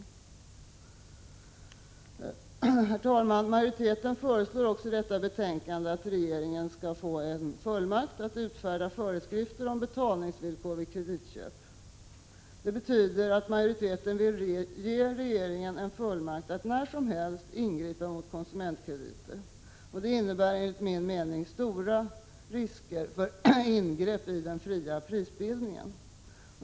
Herr talman! Majoriteten föreslår i detta betänkande också att regeringen skall få en fullmakt att utfärda föreskrifter om betalningsvillkor vid kreditköp. Det betyder att majoriteten vill ge regeringen fullmakt att när som helst ingripa mot konsumentkrediter. Detta innebär enligt min mening stora risker för ingrepp i den fria prisbildningen.